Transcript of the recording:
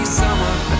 summer